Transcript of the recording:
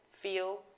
feel